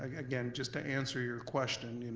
again, just to answer your question, you know